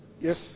yes